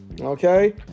Okay